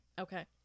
Okay